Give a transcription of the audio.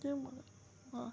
तें